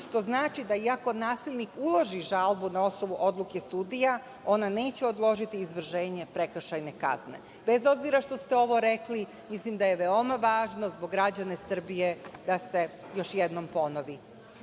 što znači iako nasilnik uloži žalbu na osnovu odluke sudija, ona neće odložiti izvršenje prekršajne kazne. Bez obzira što ste ovo rekli, mislim da je veoma važno i za građane Srbije da se još jednom ponovi. Na